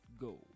go